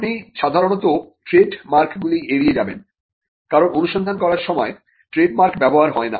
আপনি সাধারণত ট্রেডমার্কগুলি এড়িয়ে যাবেন কারণ অনুসন্ধান করার সময় ট্রেডমার্ক ব্যবহার হয় না